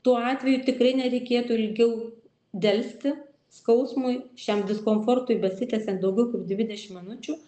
tuo atveju tikrai nereikėtų ilgiau delsti skausmui šiam diskomfortui besitęsiant daugiau kaip dvidešimt minučių